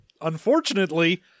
unfortunately